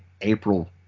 April